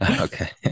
Okay